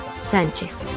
Sánchez